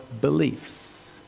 beliefs